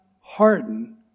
harden